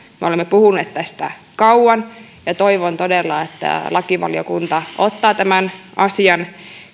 me olemme puhuneet tästä kauan ja toivon todella että lakivaliokunta ottaa tämän asian